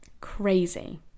crazy